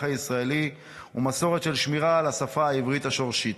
הישראלי ומסורת של שמירה על השפה העברית השורשית.